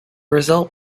result